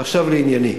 ועכשיו לענייני.